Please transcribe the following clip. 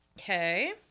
Okay